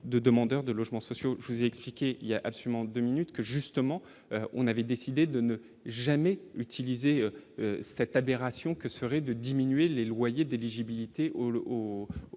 de demandeurs de logements sociaux vous expliquer, il y a absolument 2 minutes que justement on avait décidé de ne jamais utiliser cette aberration que serait de diminuer les loyers d'éligibilité